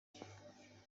jye